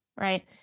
right